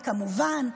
וכמובן,